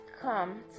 come